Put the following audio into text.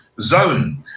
zone